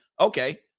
Okay